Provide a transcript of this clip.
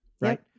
right